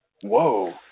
Whoa